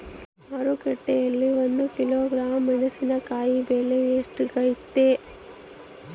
ಮಾರುಕಟ್ಟೆನಲ್ಲಿ ಒಂದು ಕಿಲೋಗ್ರಾಂ ಮೆಣಸಿನಕಾಯಿ ಬೆಲೆ ಎಷ್ಟಾಗೈತೆ?